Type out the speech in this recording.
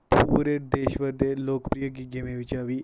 पूरे देश दे लोकप्रिय गेम बिच्चा इक्क ऐ